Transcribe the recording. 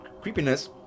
creepiness